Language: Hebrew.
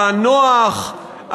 הנוח,